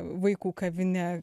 vaikų kavinė